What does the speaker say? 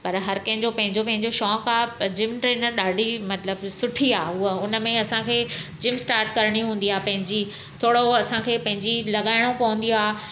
पर हर कंहिंजो पंहिंजो पंहिंजो शौक़ु आहे त जिम ट्रैनर ॾाढी मतिलबु सुठी आहे उहा उन में असांखे जिम स्टार्ट करणी हूंदी आहे पंहिंजी थोरो असांखे पंहिंजी लॻाइणो पवंदी आहे